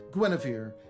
Guinevere